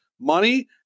money